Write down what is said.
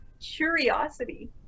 curiosity